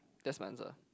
that's my answer